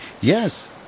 Yes